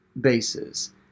bases